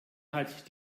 hat